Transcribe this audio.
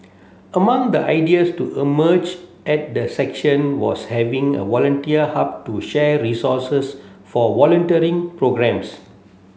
among the ideas to emerge at the section was having a volunteer hub to share resources for volunteering programmes